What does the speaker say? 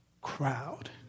crowd